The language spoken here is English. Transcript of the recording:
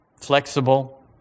flexible